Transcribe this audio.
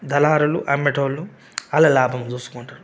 దళారులు అమ్మేటోళ్ళు అదే లాభం చూసుకుంటారు